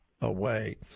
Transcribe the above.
away